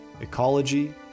ecology